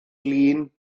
glin